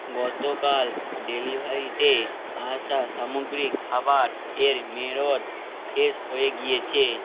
গতকাল ডেলিভারিতে আসা সামুগ্রিক খাবার এর মেয়াদ শেষ হয়ে গিয়েছে